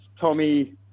Tommy